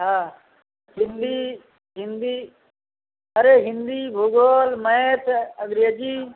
हाँ हिन्दी हिन्दी अरे हिन्दी भुगोल मैथ अंग्रेजी